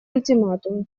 ультиматум